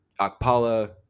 Akpala